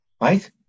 right